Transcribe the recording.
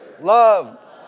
loved